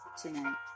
tonight